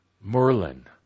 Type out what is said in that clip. Merlin –